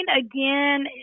again